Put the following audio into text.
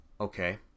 okay